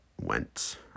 went